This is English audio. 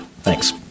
Thanks